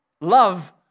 love